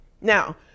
Now